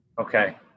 okay